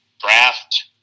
draft